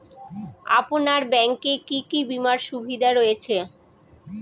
আপনার ব্যাংকে কি কি বিমার সুবিধা রয়েছে?